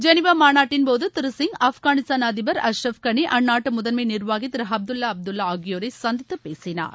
Geneva மாநாட்டின்போது திரு சிங் ஆப்கானிஸ்தான் அதிபர் அஷ்ரப் கனி அந்நாட்டு முதன்மை நிர்வாகி திரு அப்துல்லா அப்துல்லா ஆகியோரை சந்தித்து பேசினார்